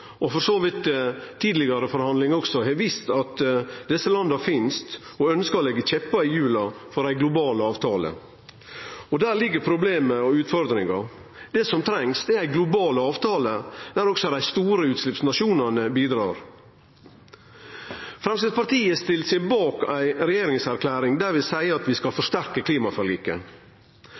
og for så vidt tidlegare forhandlingar også, har vist at desse landa finst, og ønskjer å stikke kjeppar i hjula for ei global avtale. Der ligg problemet og utfordringa. Det som trengst, er ei global avtale, der også dei store utsleppsnasjonane bidreg. Framstegspartiet stiller seg bak ei regjeringserklæring der vi seier at vi skal forsterke klimaforliket,